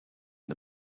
the